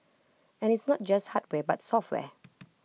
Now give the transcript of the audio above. and it's not just hardware but software